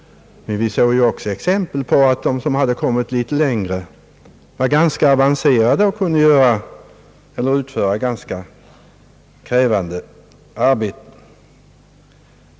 Men vi såg också exempel på att de som var litet mer avancerade i arbetet kunde utföra ganska krävande uppgifter.